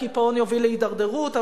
הקיפאון יוביל להידרדרות,